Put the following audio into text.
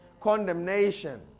condemnation